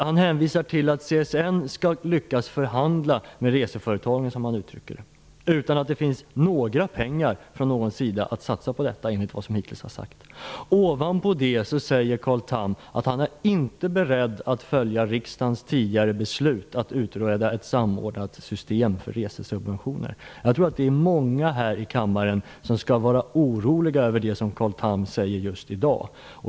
Han hänvisar till att CSN skall lyckas förhandla med reseföretagen, som han uttrycker det, utan att det finns några pengar från någon sida att satsa på detta, enligt vad som hittills har sagts. Därutöver säger Carl Tham att han inte är beredd att följa riksdagens tidigare beslut, att utreda ett samordnat system för resesubventioner. Jag tror att det är många här i kammaren som skall vara oroliga över det som Carl Tham säger just i dag.